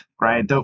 right